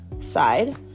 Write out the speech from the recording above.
side